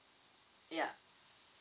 yeah